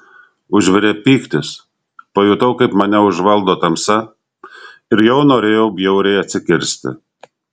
užvirė pyktis pajutau kaip mane užvaldo tamsa ir jau norėjau bjauriai atsikirsti